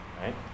right